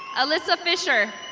alyssa bisher.